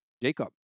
Jacob